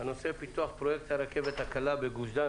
בנושא: פיתוח פרויקט הרכבת הקלה בגוש דן,